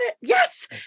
yes